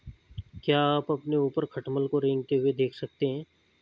क्या आप अपने ऊपर खटमल को रेंगते हुए देख सकते हैं?